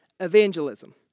evangelism